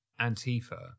antifa